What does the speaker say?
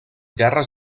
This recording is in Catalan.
guerres